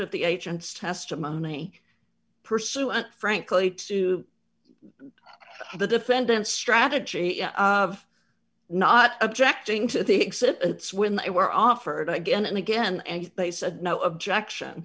of the agent's testimony pursuant frankly to the defendant strategy of not objecting to the exhibits when they were offered again and again and they said no objection